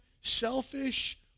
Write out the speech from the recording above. selfish